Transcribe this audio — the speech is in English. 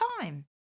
time